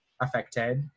affected